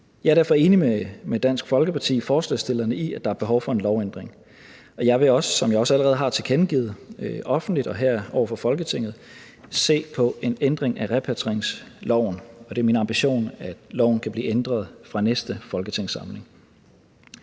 Jeg er derfor enig med Dansk Folkeparti, forslagsstillerne, i, at der er behov for en lovændring, og jeg vil også, som jeg også allerede har tilkendegivet offentligt og her over for Folketinget, se på en ændring af repatrieringsloven. Og det er min ambition, at loven kan blive ændret fra næste folketingssamling.